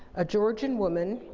a georgian woman,